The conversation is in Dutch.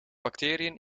bacteriën